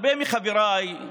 הרבה מחבריי,